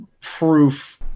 proof